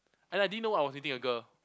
and I didn't know I was dating a girl